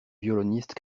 violoniste